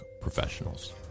professionals